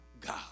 God